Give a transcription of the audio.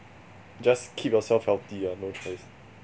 just keep yourself healthy ah no choice